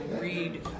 read